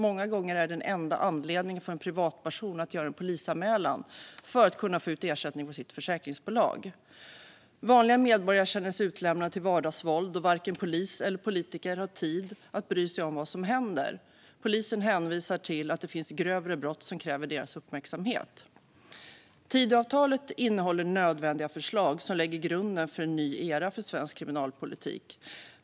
Många gånger är enda anledningen för en privatperson att göra en polisanmälan att få ut ersättning från sitt försäkringsbolag. Vanliga medborgare känner sig utlämnade till vardagsvåld eftersom varken polis eller politiker har tid att bry sig om vad som händer. Polisen hänvisar till att det finns grövre brott som kräver deras uppmärksamhet. Tidöavtalet innehåller nödvändiga förslag som lägger grunden för en ny era för svensk kriminalpolitik.